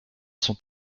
sont